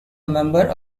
member